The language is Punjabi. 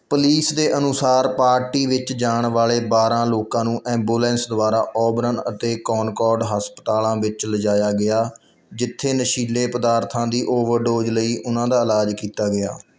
ਪੁਲੀਸ ਦੇ ਅਨੁਸਾਰ ਪਾਰਟੀ ਵਿੱਚ ਜਾਣ ਵਾਲੇ ਬਾਰਾਂ ਲੋਕਾਂ ਨੂੰ ਐਂਬੂਲੈਂਸ ਦੁਆਰਾ ਔਬਰਨ ਅਤੇ ਕੌਨਕੌਰਡ ਹਸਪਤਾਲਾਂ ਵਿੱਚ ਲਿਜਾਇਆ ਗਿਆ ਜਿੱਥੇ ਨਸ਼ੀਲੇ ਪਦਾਰਥਾਂ ਦੀ ਓਵਰਡੋਜ਼ ਲਈ ਉਨ੍ਹਾਂ ਦਾ ਇਲਾਜ ਕੀਤਾ ਗਿਆ